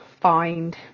find